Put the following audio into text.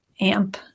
amp